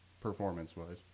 performance-wise